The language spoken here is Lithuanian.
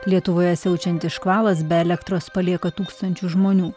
lietuvoje siaučiantis škvalas be elektros palieka tūkstančius žmonių